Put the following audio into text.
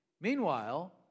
Meanwhile